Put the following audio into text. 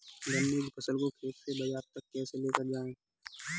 गन्ने की फसल को खेत से बाजार तक कैसे लेकर जाएँ?